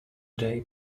day